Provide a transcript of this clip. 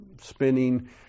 spinning